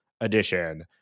edition